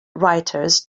writers